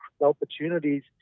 opportunities